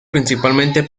principalmente